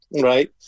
right